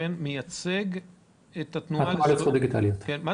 מייצג את התנועה לזכויות דיגיטליות, בבקשה.